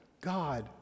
God